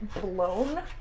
blown